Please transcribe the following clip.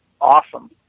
awesome